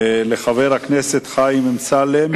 של חבר הכנסת חיים אמסלם: